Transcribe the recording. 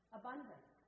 abundance